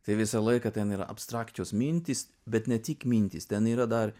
tai visą laiką ten yra abstrakčios mintys bet ne tik mintys ten yra dar